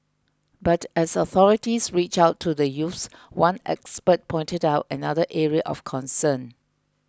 but as authorities reach out to the youths one expert pointed out another area of concern